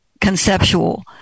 conceptual